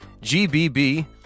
GBB